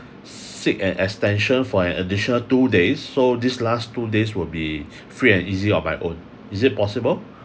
seek an extension for an additional two days so this last two days will be free and easy on my own is it possible